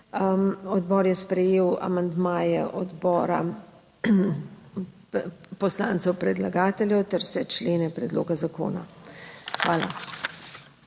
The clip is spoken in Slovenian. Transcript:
Odbor je sprejel amandmaje odbora poslancev predlagateljev ter vse člene predloga zakona. Hvala.